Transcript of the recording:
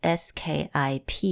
skip